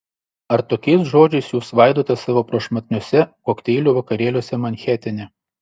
ar tokiais žodžiais jūs svaidotės savo prašmatniuose kokteilių vakarėliuose manhetene